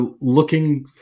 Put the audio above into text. looking